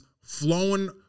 flowing